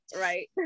right